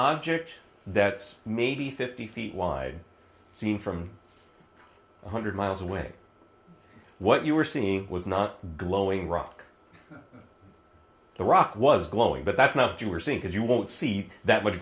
object that's maybe fifty feet wide seen from one hundred miles away what you were seeing was not glowing rock the rock was glowing but that's not what you were seeing because you won't see that